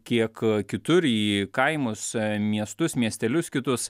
kiek kitur į kaimus miestus miestelius kitus